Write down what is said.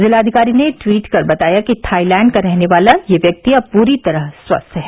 जिलाधिकारी ने ट्वीट कर बताया कि थाईलैंड का रहने वाला यह व्यक्ति अब पूरी तरह स्वस्थ है